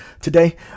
today